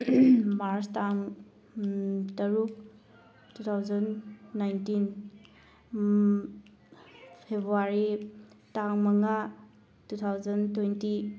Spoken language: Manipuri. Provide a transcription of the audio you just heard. ꯃꯥꯔꯁ ꯇꯥꯡ ꯇꯔꯨꯛ ꯇꯨ ꯊꯥꯎꯖꯟ ꯅꯥꯏꯟꯇꯤꯟ ꯐꯦꯕ꯭ꯋꯥꯔꯤ ꯇꯥꯡ ꯃꯉꯥ ꯇꯨ ꯊꯥꯎꯖꯟ ꯇ꯭ꯋꯦꯟꯇꯤ